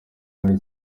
muri